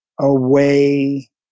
away